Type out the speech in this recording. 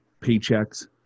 paychecks